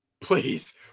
please